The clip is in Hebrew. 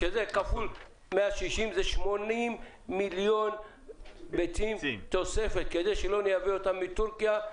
וזה תוספת של 80 מיליון ביצים כדי שלא נייבא אותן מטורקיה,